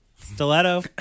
stiletto